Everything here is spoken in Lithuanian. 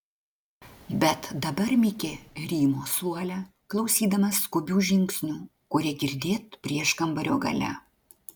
bet dabar mikė rymo suole klausydamas skubių žingsnių kurie girdėt prieškambario gale